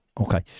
Okay